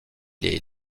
les